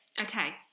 okay